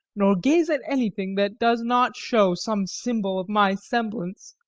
nor gaze at anything that does not show some symbol of my semblance.